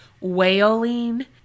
wailing